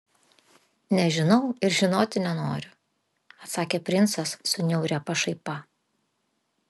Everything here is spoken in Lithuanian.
nežinau ir žinoti nenoriu atsakė princas su niauria pašaipa